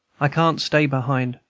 i can't stay behind!